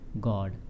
God